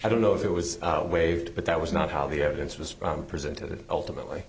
i don't know if it was waived but that was not how the evidence was presented it ultimately